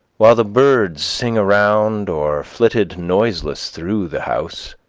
while the birds sing around or flitted noiseless through the house,